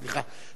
סליחה,